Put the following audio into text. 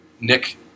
Nick